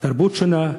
תרבות שונה,